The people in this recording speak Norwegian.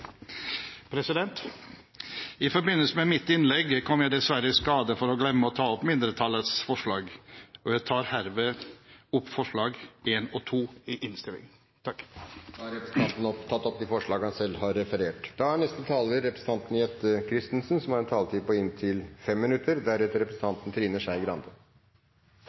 I forbindelse med mitt innlegg, kom jeg dessverre i skade for å glemme å ta opp mindretallets forslag. Jeg tar herved opp forslagene nr. 1 og 2. Da har representanten Helge Thorheim tatt opp de forslag han